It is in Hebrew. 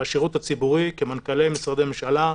בשירות הציבורי כמנכ"לי משרדי ממשלה,